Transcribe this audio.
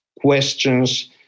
questions